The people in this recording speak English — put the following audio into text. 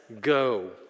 go